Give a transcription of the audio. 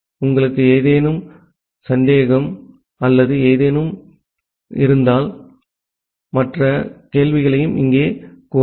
உங்களுக்கு ஏதேனும் சந்தேகம் அல்லது ஏதேனும் இருந்தால் மன்றத்தில் கேள்விகளை இடுகையிடலாம்